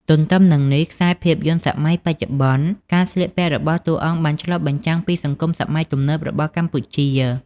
ទន្ទឹមនឹងនេះខ្សែភាពយន្តសម័យបច្ចុប្បន្ន ការស្លៀកពាក់របស់តួអង្គបានឆ្លុះបញ្ចាំងពីសង្គមសម័យទំនើបរបស់កម្ពុជា។